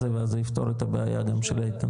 ואז זה יפתור את הבעיה גם של איתן.